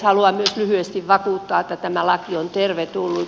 haluan myös lyhyesti vakuuttaa että tämä laki on tervetullut